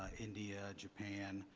ah india, japan,